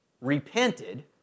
repented